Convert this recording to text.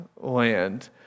land